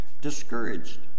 discouraged